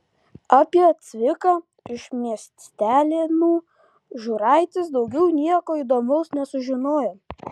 apie cviką iš miestelėnų žiūraitis daugiau nieko įdomaus nesužinojo